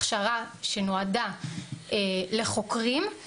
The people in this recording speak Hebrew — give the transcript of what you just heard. הכשרה שנועדה לחוקרים,